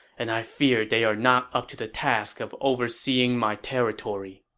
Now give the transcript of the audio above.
and i fear they are not up to the task of overseeing my territory.